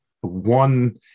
one